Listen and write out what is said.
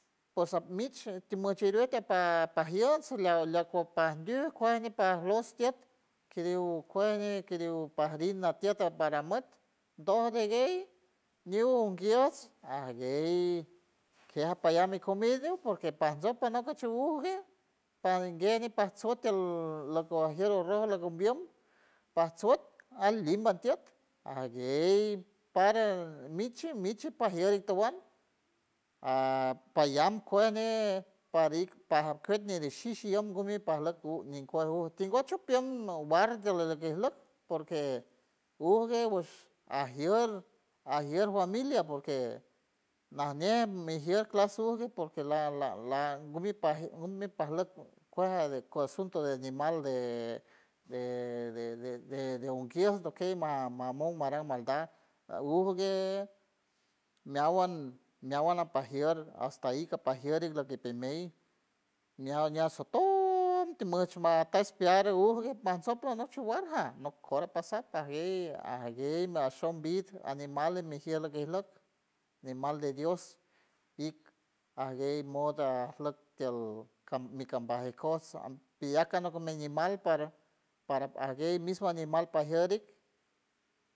Pos alp mich ti muchi riuld ti apa pajiels aliaw aliaw cuej pandiul cuañi par lost tiet kiriu cueñi kiriu parim natied para muet do ague guey ñiu unguios aguey kea palla mi comidiw porque pandom panow gushunduj uju gue paren guey pazote tiold loco ajiero rojo locom biold patzot alim matiort aguey paren miche miche pajiere towand aa payam cuej ñee parit para kit niri shishi yen gumi parlot u ñin cue ru tinwoj chipion guardel dele que arlok porque ugu guesh ajier ayer juamilia porque najñe mijier clasugue porque la la lan gumi gumi parlot cueja de asunto di animal de de de de deun guield dokey de mamom maron mandar uju guee meawand meawand napa jier hasta ahí capa jiere loke pemey meaj mea sotoooom timosh ma atay spiar ujugue manson por noche guarja no cora pasar aguey aguey nashom vit animale mijiera arlok animal de dios ik aguey moda arlok tiold cam mi cambaj e cosa am y acano animal para para aguey mismo animal pajiarik.